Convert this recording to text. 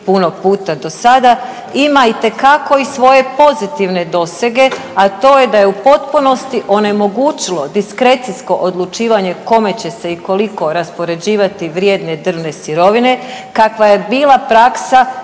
puno puta dosada. Ima itekako i svoje pozitivne dosege, a to je da je u potpunosti onemogućilo diskrecijsko odlučivanje kome će se i koliko raspoređivati vrijedne drvne sirovine kakva je bila praksa